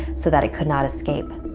so that it could not escape.